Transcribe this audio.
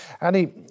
Annie